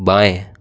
बाएं